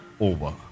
over